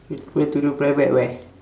where where to do private at where